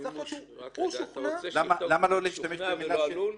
אתה רוצה שנכתוב "שוכנע" ולא "עלול"?